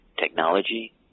technology